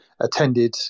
attended